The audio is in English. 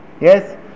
Yes